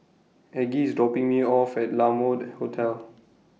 Aggie IS dropping Me off At La Mode Hotel